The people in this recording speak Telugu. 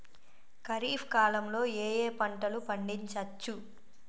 ఖరీఫ్ కాలంలో ఏ ఏ పంటలు పండించచ్చు?